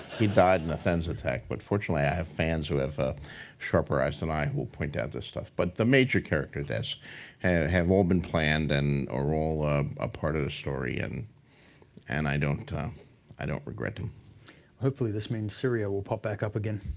he died in a fenz attack, but fortunately i have fans who have ah sharper eyes than i who will point out this stuff. but the major character deaths have have all been planned and or all a part of the story and and i don't i don't regret them. dan hopefully this means syrio will pop back up again.